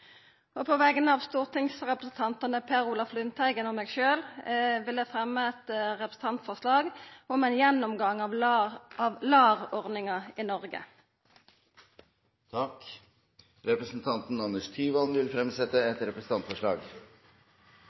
unge. På vegner av stortingsrepresentanten Per Olaf Lundteigen og meg sjølv vil eg fremja eit representantforslag om ein gjennomgang av LAR-ordninga i Noreg. Representanten Anders Tyvand vil fremsette et representantforslag.